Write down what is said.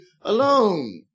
alone